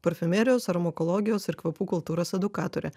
parfumerijos aromakologijos ir kvapų kultūros edukatorė